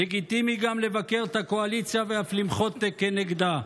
לגיטימי גם לבקר את הקואליציה ואף למחות כנגדה,